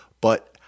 but-